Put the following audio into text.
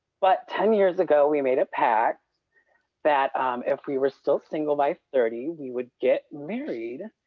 but ten years ago we made a pack that if we were still single by thirty, we would get married.